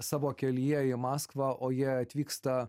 savo kelyje į maskvą o jie atvyksta